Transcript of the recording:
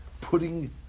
putting